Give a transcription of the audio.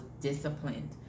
disciplined